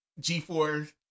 G4